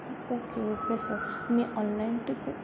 okay okay sir मी online tick